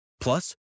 Plus